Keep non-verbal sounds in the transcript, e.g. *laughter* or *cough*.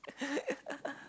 *laughs*